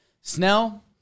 Snell